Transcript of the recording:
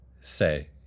say